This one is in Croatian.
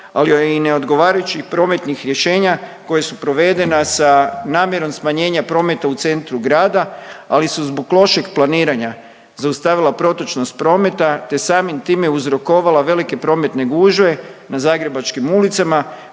ali i ne odgovarajućih prometnih rješenja koja su provedena sa namjerom smanjenja prometa u centru grada, ali su zbog lošeg planiranja zaustavila protočnost prometa, te samim time uzrokovala velike prometne gužve na zagrebačkim ulicama